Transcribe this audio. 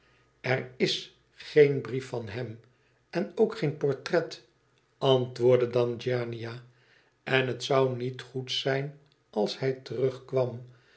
er is geen brief van hem en ook geen portret antwoordde dan giannina en het zou niet goed zijn als hij terug